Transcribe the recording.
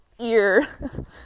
ear